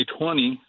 2020